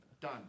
Done